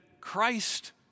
Christ